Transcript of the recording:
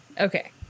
Okay